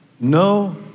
No